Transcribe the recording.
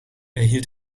erhielt